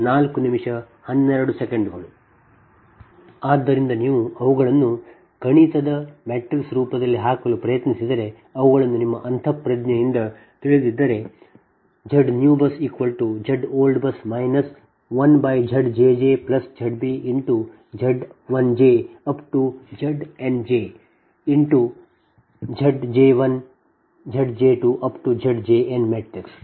ಆದ್ದರಿಂದ ನೀವು ಅವುಗಳನ್ನು ಗಣಿತದ ಮ್ಯಾಟ್ರಿಕ್ಸ್ ರೂಪದಲ್ಲಿ ಹಾಕಲು ಪ್ರಯತ್ನಿಸಿದರೆ ಅವುಗಳನ್ನು ನಿಮ್ಮ ಅಂತಃಪ್ರಜ್ಞೆಯಿಂದ ತಿಳಿದಿದ್ದರೆ ZBUSNEWZBUSOLD 1ZjjZbZ1j Z2j Zij Znj Zj1 Zj2 Zjn